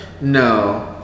No